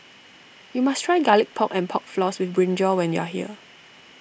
you must try Garlic Pork and Pork Floss with Brinjal when you are here